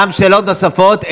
גם שאלות נוספות,